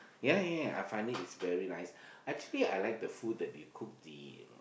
yeah yeah yeah I find it is very nice actually I like the food that you cook the